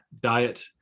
diet